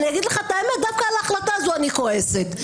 דווקא על ההחלטה הזאת אני כועסת.